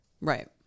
Right